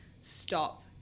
stop